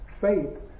faith